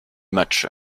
match